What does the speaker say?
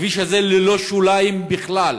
הכביש הזה ללא שוליים בכלל.